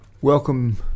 Welcome